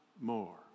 more